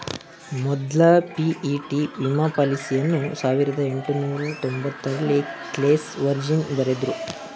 ಮೊದ್ಲ ಪಿ.ಇ.ಟಿ ವಿಮಾ ಪಾಲಿಸಿಯನ್ನ ಸಾವಿರದ ಎಂಟುನೂರ ತೊಂಬತ್ತರಲ್ಲಿ ಕ್ಲೇಸ್ ವರ್ಜಿನ್ ಬರೆದ್ರು